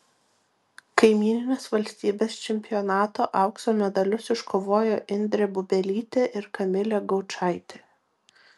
kaimyninės valstybės čempionato aukso medalius iškovojo indrė bubelytė ir kamilė gaučaitė